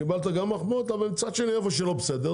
אבל מצד שני איפה שלא בסדר,